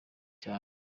cyane